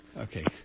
Okay